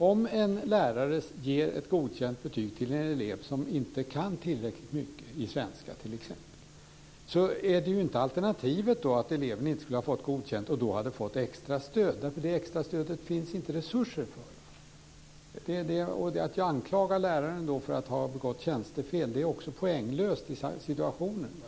Om en lärare ger ett godkänt betyg till en elev som inte kan tillräckligt mycket i t.ex. svenska, är ju inte alternativet att eleven inte skulle ha fått godkänt och då hade fått extra stöd. Det extra stödet finns det inte extra resurser för. Att jag då anklagar läraren för att ha begått tjänstefel är poänglöst i situationen.